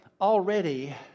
already